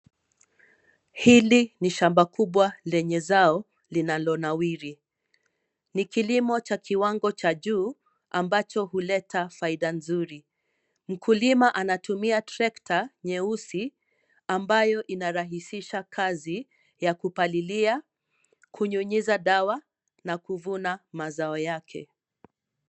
Hili ni shamba Kubwa lenye zao linalonawiri, ni kilimo cha kiwango cha juu ambacho huleta faida nzuri, mkulima anatumia trekta nyeusi ambayo inarahisisha kazi ya kupalilia, kunyunyiza dawa na kuvuna mazao yake.